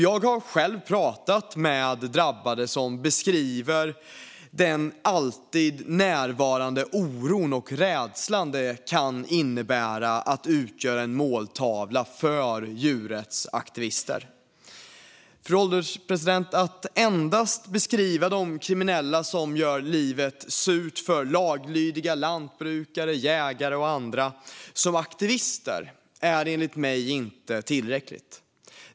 Jag har själv pratat med drabbade som beskriver den alltid närvarande oron och rädslan det kan innebära att utgöra en måltavla för djurrättsaktivister. Fru ålderspresident! Att endast beskriva de kriminella som gör livet surt för laglydiga lantbrukare, jägare och andra som aktivister är enligt mig inte tillräckligt.